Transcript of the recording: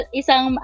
isang